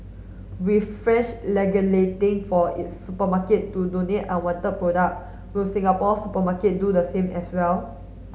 with France for its supermarket to donate unwanted product will Singapore's supermarket do the same as well